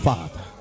Father